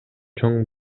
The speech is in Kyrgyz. чоң